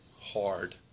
hard